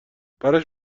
براش